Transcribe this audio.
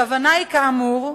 הכוונה היא, כאמור,